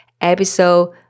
episode